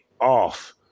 off